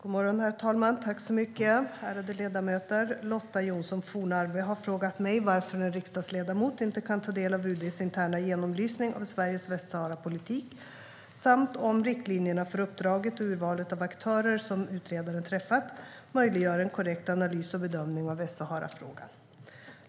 Svar på interpellationer Herr talman och ärade ledamöter! Lotta Johnsson Fornarve har frågat mig varför en riksdagsledamot inte kan ta del av UD:s interna genomlysning av Sveriges Västsaharapolitik, samt om riktlinjerna för uppdraget och urvalet av aktörer som utredaren träffat möjliggör en korrekt analys och bedömning av Västsaharafrågan.